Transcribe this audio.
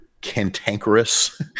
cantankerous